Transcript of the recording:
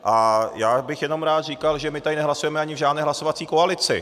A já bych jenom rád říkal, že my tady nehlasujeme ani v žádné hlasovací koalici.